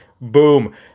boom